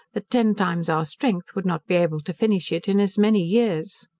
that ten times our strength would not be able to finish it in as many years.